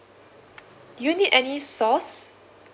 do you need any sauce